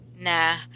Nah